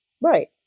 Right